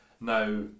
now